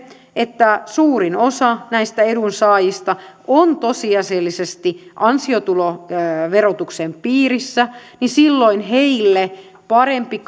että suurin osa näistä edunsaajista on tosiasiallisesti ansiotuloverotuksen piirissä niin silloin heille parempi